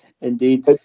indeed